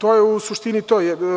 To je u suštini to.